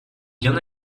bien